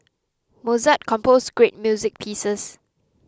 Mozart composed great music pieces